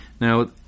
Now